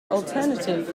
alternative